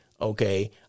Okay